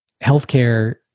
healthcare